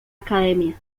academia